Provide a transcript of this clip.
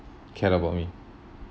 care about me